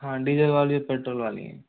हाँ डीजल वाली है पेट्रोल वाली है